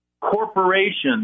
Corporations